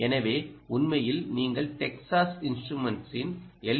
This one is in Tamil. எனவே உண்மையில் நீங்கள் Texas instruments ன் எல்